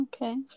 Okay